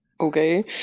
Okay